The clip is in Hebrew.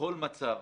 בכל מצב,